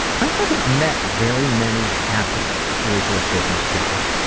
i haven't met very many happy ruthless business people.